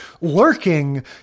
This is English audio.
lurking